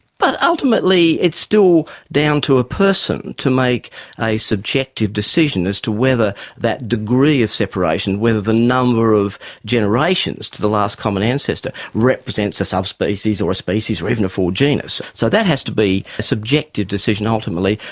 but ultimately it's still down to a person to make a subjective decision as to whether that degree of separation, when the number of generations to the last common ancestor represents a subspecies or a species or even a full genus. so that has to be a subjective decision ultimately.